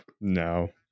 no